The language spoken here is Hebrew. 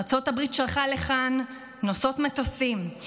ארצות הברית שלחה לכאן נושאות מטוסים,